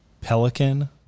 pelican